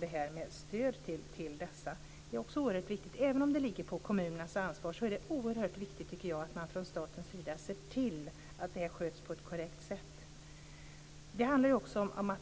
Det är också oerhört viktigt. Även om det ligger på kommunernas ansvar är det oerhört viktigt att man från statens sida ser till att detta sköts på ett korrekt sätt.